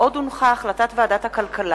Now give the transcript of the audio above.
חברי הכנסת,